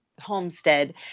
homestead